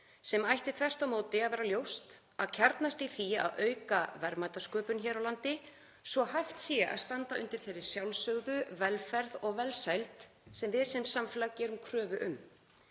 sem ætti þvert á móti að vera ljóst að kjarnast í því að auka verðmætasköpun hér á landi svo hægt sé að standa undir þeirri sjálfsögðu velferð og velsæld sem við sem samfélag gerum kröfu um.